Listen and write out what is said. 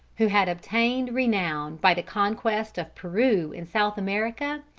who had obtained renown by the conquest of peru in south america,